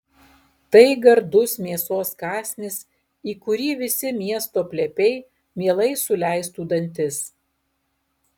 tai gardus mėsos kąsnis į kurį visi miesto plepiai mielai suleistų dantis